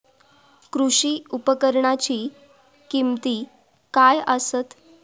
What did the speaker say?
कृषी उपकरणाची किमती काय आसत?